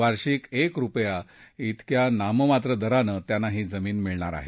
वार्षिक एक रुपया तेक्या नाममात्र दरानं त्यांना ही जमीन मिळणार आहे